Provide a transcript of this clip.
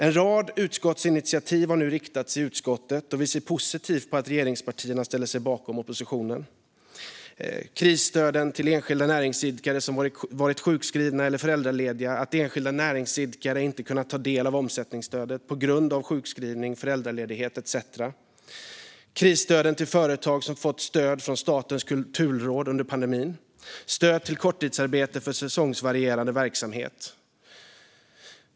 En rad utskottsinitiativ har nu lagts fram i utskottet. Vi ser positivt på att regeringspartierna ställer sig bakom oppositionen. Det gäller krisstöden till enskilda näringsidkare som har varit sjukskrivna eller föräldralediga. Enskilda näringsidkare har på grund av sjukskrivning, föräldraledighet etcetera inte kunnat ta del av omsättningsstödet. Det gäller också krisstöden till företag som fått stöd från Statens kulturråd under pandemin och stöden vid korttidsarbete för säsongsvarierande verksamhet.